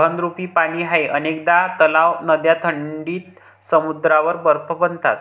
घनरूप पाणी आहे अनेकदा तलाव, नद्या थंडीत समुद्रावर बर्फ बनतात